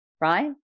right